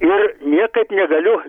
ir niekaip negaliu